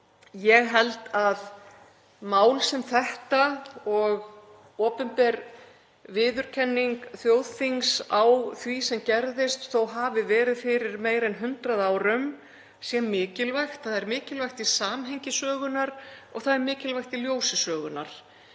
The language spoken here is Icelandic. Ég held að mál sem þetta og opinber viðurkenning þjóðþings á því sem gerðist, þótt hafi verið fyrir meira en 100 árum, sé mikilvæg. Það er mikilvægt í samhengi sögunnar og það er mikilvægt í ljósi sögunnar.